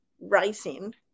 rising